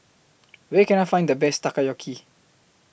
Where Can I Find The Best Takoyaki